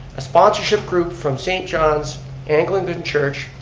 a sponsorship group from saint john's anglican church,